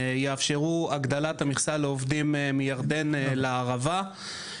שיאפשרו הגדלת המכסה לעובדים מירדן לערבה,